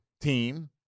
team